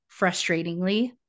frustratingly